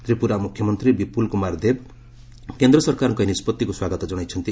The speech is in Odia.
ତ୍ରିପୁରା ମୁଖ୍ୟମନ୍ତ୍ରୀ ବିପ୍ଲବ କୁମାର ଦେବ କେନ୍ଦ୍ର ସରକାରଙ୍କ ଏହି ନିଷ୍ପଭିକୁ ସ୍ୱାଗତ କଣାଇଛନ୍ତି